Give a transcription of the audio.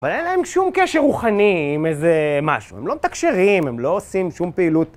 אבל אין להם שום קשר רוחני עם איזה משהו, הם לא מתקשרים, הם לא עושים שום פעילות.